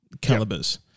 calibers